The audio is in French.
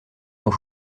dont